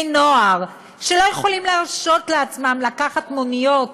נוער שלא יכולים להרשות לעצמם לקחת מוניות